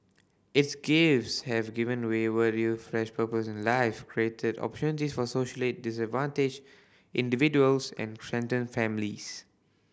its gifts have given wayward youth fresh purpose in life created for socially disadvantaged individuals and strengthened families